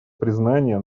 признания